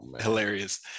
hilarious